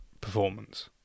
performance